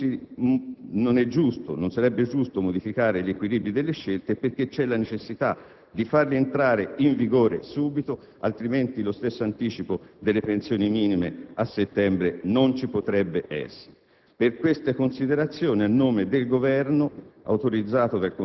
perchè, per il valore che questi contenuti hanno, non sarebbe giusto modificare gli equilibri delle scelte poiché vi è la necessità di farli entrare in vigore subito, altrimenti lo stesso anticipo delle pensioni minime a settembre non vi potrebbe essere.